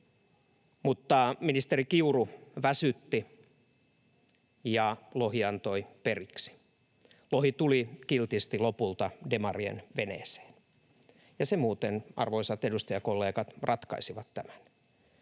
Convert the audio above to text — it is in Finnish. mutta ministeri Kiuru väsytti ja lohi antoi periksi. Lohi tuli lopulta kiltisti demarien veneeseen. Ja se muuten, arvoisat edustajakollegat, ratkaisi tämän.